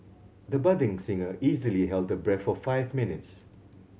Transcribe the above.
the budding singer easily held her breath for five minutes